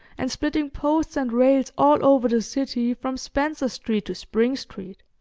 and splitting posts and rails all over the city from spencer street to spring street,